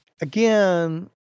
again